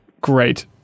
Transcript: Great